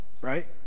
right